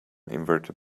inverted